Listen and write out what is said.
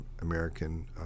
American